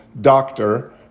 doctor